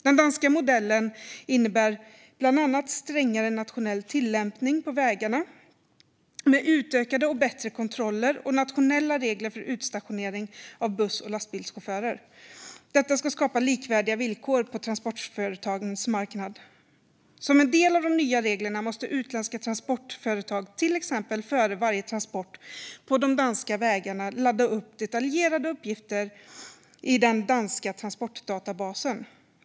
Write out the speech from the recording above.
Den danska modellen innebär bland annat strängare nationell tillämpning på vägarna med utökade och bättre kontroller och nationella regler för utstationering av buss och lastbilschaufförer. Detta ska skapa likvärdiga villkor på transportföretagens marknad. Som en del av de nya reglerna måste utländska transportföretag till exempel före varje transport på de danska vägarna ladda upp detaljerade uppgifter i den danska transportdatabasen.